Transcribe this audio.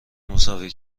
مساوی